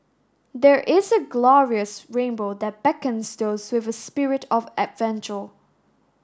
there is a glorious rainbow that beckons those with a spirit of adventure